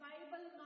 Bible